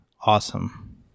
awesome